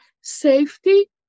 safety